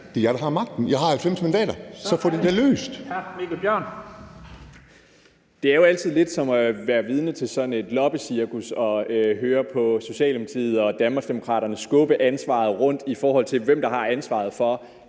Så er det hr. Mikkel Bjørn. Kl. 12:08 Mikkel Bjørn (DF): Det er jo altid lidt som at være vidne til sådan et loppecirkus at høre på Socialdemokratiet og Danmarksdemokraterne skubbe ansvaret rundt, i forhold til hvem der har ansvaret for,